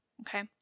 Okay